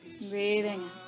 Breathing